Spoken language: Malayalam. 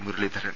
മുരളീധരൻ